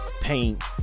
paint